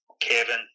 Kevin